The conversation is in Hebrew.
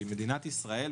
מדינת ישראל,